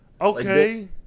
Okay